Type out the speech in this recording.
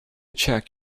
check